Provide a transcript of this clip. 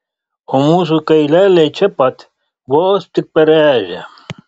o mūsų kaileliai čia pat vos tik per ežią